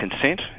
consent